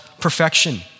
perfection